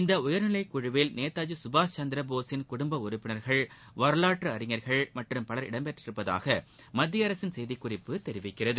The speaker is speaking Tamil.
இந்த உயர்நிலைக் குழுவில் நேதாஜி கபாஷ் சந்திரபோஸின் குடும்ப உறுப்பினர்கள் வரலாற்று அறிஞர்கள் மற்றும் பலர் இடம்பெற்றுள்ளதாக மத்திய அரசின் செய்திக்குறிப்பு தெரிவிக்கிறது